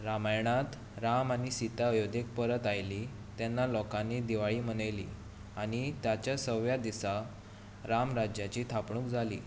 रामायणांत राम आनी सिता अयोध्येक परत आयलीं तेन्ना लोकांनी दिवाळी मनयली आनी ताच्या सव्या दिसा रामराज्याची थापणूक जाली